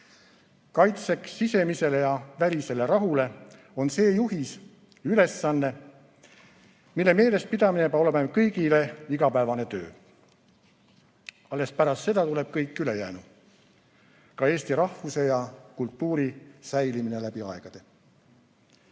"Kaitseks sisemisele ja välisele rahule" on see juhis, ülesanne, mille meeles pidamine peab olema kõigi igapäevane töö. Alles pärast seda tuleb kõik ülejäänu – ka eesti rahvuse ja kultuuri säilimine läbi aegade.